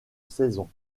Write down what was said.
saison